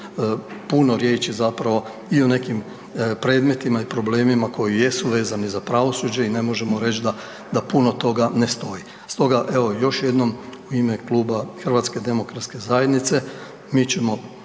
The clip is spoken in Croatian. puno riječi zapravo i o nekim predmetima i problemima koji jesu vezani za pravosuđe i ne možemo reći da puno toga ne stoji. Stoga, evo još jednom u ime Kluba HDZ-a mi ćemo